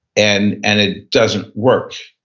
and and it doesn't work,